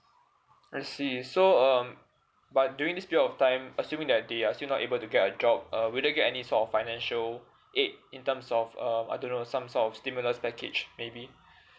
I see so um but during this period of time assuming that they are still not able to get a job uh will they get any sort of financial aid in terms of um I don't know some sort of stimulus package maybe